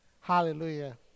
Hallelujah